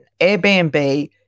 Airbnb